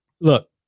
look